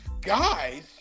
Guys